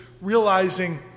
realizing